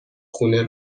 خونه